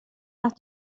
att